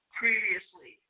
previously